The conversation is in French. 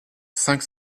cinq